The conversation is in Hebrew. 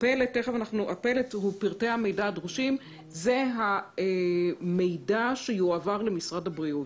שכולל את פרטי המידע הדרושים וזה המידע שיועבר למשרד הבריאות.